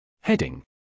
Heading